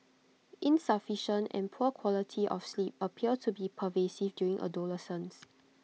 insufficient and poor quality of sleep appear to be pervasive during adolescence